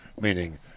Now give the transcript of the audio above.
meaning